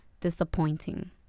disappointing